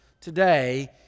today